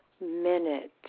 minute